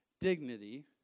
dignity